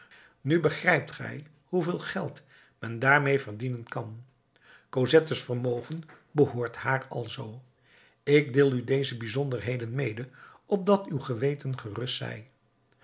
nu begrijpt gij hoeveel geld men daarmeê verdienen kan cosettes vermogen behoort haar alzoo ik deel u deze bijzonderheden mede opdat uw geweten gerust zij